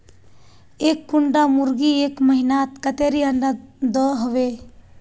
एक कुंडा मुर्गी एक महीनात कतेरी अंडा दो होबे?